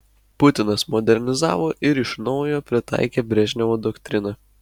putinas modernizavo ir iš naujo pritaikė brežnevo doktriną